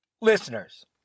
Listeners